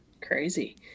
Crazy